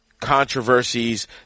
controversies